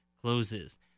closes